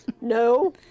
No